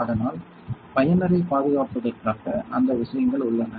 அதனால் பயனரைப் பாதுகாப்பதற்காக அந்த விஷயங்கள் உள்ளன